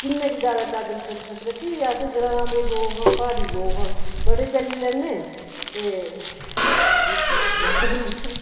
किन्ने गै ज्यादा पैदल चली सकने फ्ही अस ग्रांऽ दे लोक आं प्हाड़ी लोक आं बड़े चली लैन्ने ते